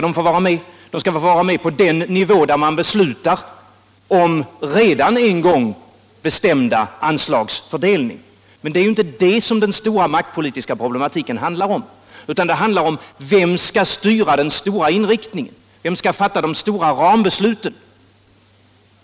De skall få vara med på den nivå där man beslutar om redan en gång bestämd anslagsfördelning. Men det är ju inte om det den stora problematiken handlar, utan det handlar om vem som skall styra den stora inriktningen, vem som skall fatta de stora rambesluten.